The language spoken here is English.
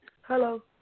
Hello